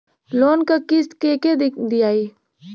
Loan क किस्त के के दियाई?